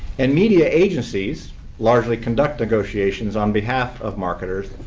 and media agencies largely conduct negotiations on behalf of marketers,